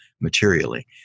materially